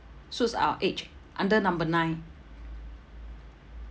suits our age under number nine